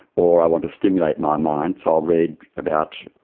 or i want to stimulate my mind, so i'll read about,